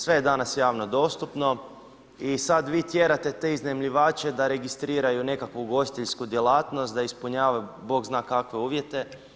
Sve je danas javno dostupno i sad vi tjerate te iznajmljivače da registriraju nekakvu ugostiteljsku djelatnost, da ispunjavaju bog zna kakve uvjete.